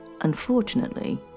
Unfortunately